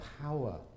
power